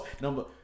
Number